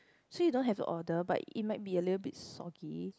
so you don't have to order but it might be a little bit soggy